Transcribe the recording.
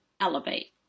elevate